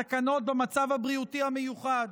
את התקנות במצב הבריאותי המיוחד,